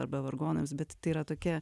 arba vargonams bet tai yra tokia